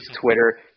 Twitter